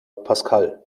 pascal